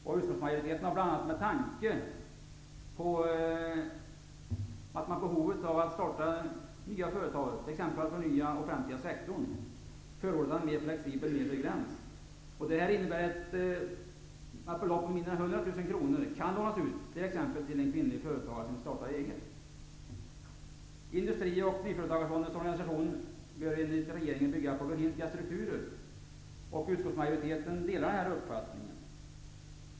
Utskottsmajoriteten har bl.a. med tanke på behovet av att starta nya företag, t.ex. för förnyelse av den offentliga sektorn, förordat en mer flexibel nedre gräns. Detta innebär att belopp på mindre än 100 000 kr kan lånas ut, t.ex. till en kvinnlig företagare som vill starta eget. Industri och nyföretagarfondens organisation bör enligt regeringen bygga på befintliga strukturer. Utskottsmajoriteten delar denna uppfattning.